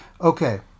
okay